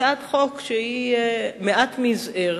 הצעת חוק שהיא מעט מזעיר,